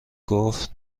گفت